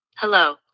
Hello